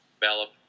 develop